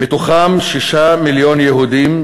מתוכם שישה מיליון יהודים